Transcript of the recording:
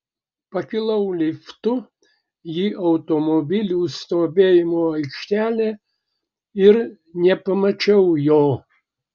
pakilau liftu į automobilių stovėjimo aikštelę ir nepamačiau jo